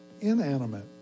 inanimate